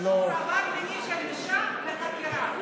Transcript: מה קשור עבר מיני של אישה לחקירה?